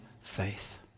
faith